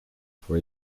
for